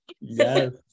Yes